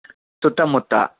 ಸುತ್ತಮುತ್ತ